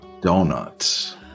donuts